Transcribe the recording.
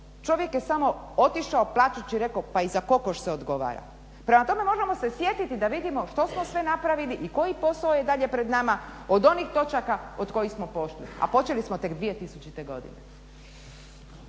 Čovjek je samo otišao plačući i rekao pa i za kokoš se odgovara. Prema tome, možemo se sjetiti da vidimo što smo sve napravili i koji posao je dalje pred nama od onih točaka od kojih smo pošli, a počeli smo tek 2000. godine.